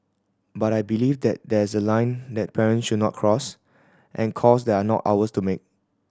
but I believe that there is a line that parents should not cross and calls they are not ours to make